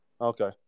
Okay